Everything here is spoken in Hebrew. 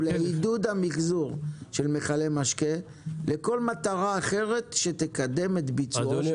לעידוד המחזור של מכלי משקה ולכל מטרה אחרת שתקדם את ביצועו.